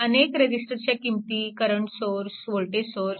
अनेक रेजिस्टरच्या किंमती करंट सोर्स वोल्टेज सोर्स